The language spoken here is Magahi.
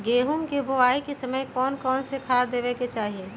गेंहू के बोआई के समय कौन कौन से खाद देवे के चाही?